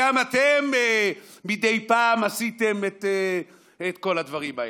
ו"גם אתם מדי פעם עשיתם את כל הדברים האלה".